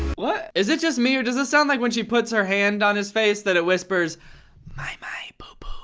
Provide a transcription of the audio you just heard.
what, is it just me, or does it sound like when she puts her hand on his face that it whispers my my poo poo?